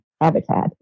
Habitat